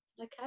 Okay